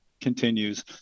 continues